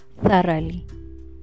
thoroughly